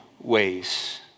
ways